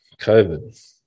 COVID